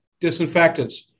disinfectants